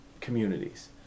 communities